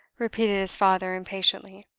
repeated his father, impatiently.